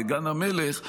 בגן המלך,